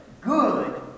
good